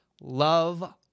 love